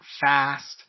fast